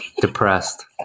depressed